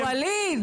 ליהדות,